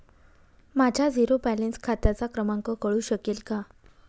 माझ्या zero balance खात्याचा क्रमांक कळू शकेल का?